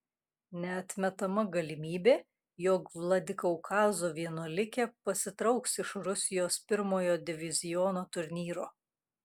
neatmetama galimybė jog vladikaukazo vienuolikė pasitrauks iš rusijos pirmojo diviziono turnyro